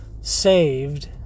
saved